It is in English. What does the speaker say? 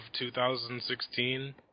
2016